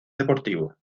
deportivo